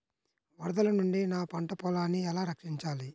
వరదల నుండి నా పంట పొలాలని ఎలా రక్షించాలి?